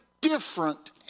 different